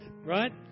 right